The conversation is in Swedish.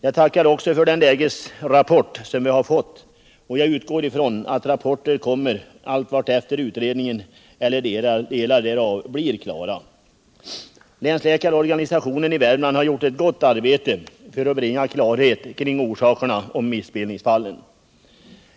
Jag tackar också för den lägesrapport vi har fått, och jag utgår från att rapporter kommer vartefter utredningen eller delar av denna blir klara. Länsläkarorganisationen i Värmland har gjort ett gott arbete för att bringa klarhet kring orsakerna till missbildningsfallen.